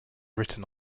written